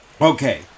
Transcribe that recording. Okay